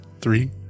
three